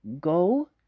go